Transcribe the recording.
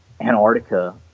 Antarctica